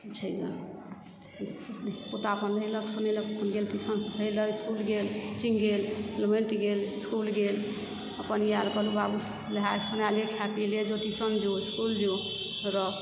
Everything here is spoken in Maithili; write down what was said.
छै गे पोता अपन नहेलक सुनेलक अपन गेल ट्यूशन गेल इसकुल गेल कोचिंग गेल गेल इसकुल गेल अपन इएह कहलहुँ बाबु नहाय सुनाय लए खाय पीयै लए जाउ ट्यूशन जाउ इसकुल जाउ रह